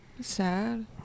sad